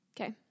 Okay